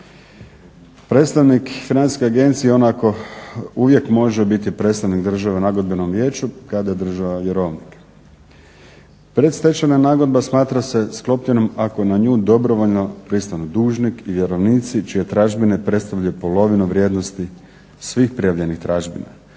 Predstavnik financijske agencije on ako uvijek može biti predstavnik države Nagodbenom vijeću kada je država vjerovnik. Predstečajna nagodba smatra se sklopljenom ako na nju dobrovoljno pristanu dužnik i vjerovnici čije tražbine predstavljaju polovinu vrijednosti svih prijavljenih tražbina